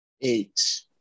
Eight